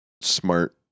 smart